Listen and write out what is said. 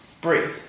Breathe